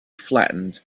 flattened